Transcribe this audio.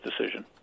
decision